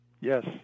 Yes